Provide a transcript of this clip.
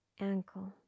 ankle